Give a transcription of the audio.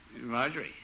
Marjorie